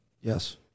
Yes